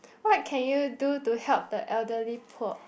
what can you do to help the elderly poor